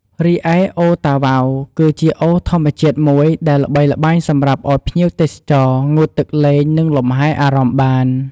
រីឯ អូរតាវ៉ៅ គឺជាអូរធម្មជាតិមួយដែលល្បីល្បាញសម្រាប់ឱ្យភ្ញៀវទេសចរ ងូតទឹកលេងនិងលំហែអារម្មណ៍បាន។